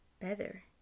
better